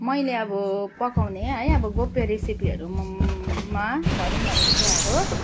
मैले अब पकाउने है अब गोप्य रेसिपीहरूमा म भनौँ भने चाहिँ अब